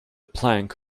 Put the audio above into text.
plank